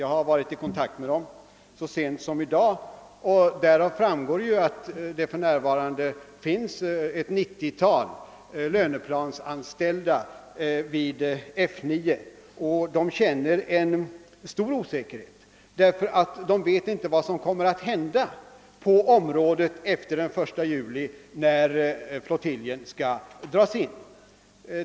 Jag har varit i kontakt med dem så sent som i dag, och då framgick det att det finns ett 90-tal löneplansanställda vid F 9, som känner stor osäkerhet därför att de inte vet vad som kommer att hända på arbetsplatsen efter den 1 juli när flottiljen dras in.